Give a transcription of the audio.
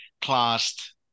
classed